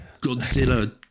Godzilla